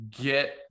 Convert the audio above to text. get